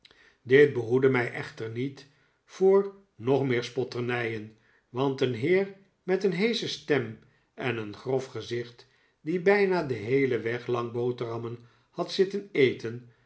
dit behoedde mij echter niet voor nog meer spotternijen want een heer met een heesche sternaen een grof gezicht die bijna den heelen weg lang boterhammen had zitten eten